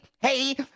hey